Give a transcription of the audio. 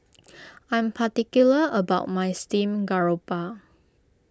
I'm particular about my Steamed Garoupa